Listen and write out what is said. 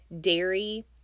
dairy